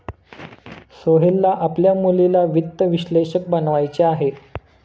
सोहेलला आपल्या मुलीला वित्त विश्लेषक बनवायचे आहे